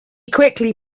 quickly